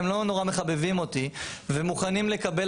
הם לא נורא מחבבים אותי ומוכנים לקבל